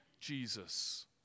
Jesus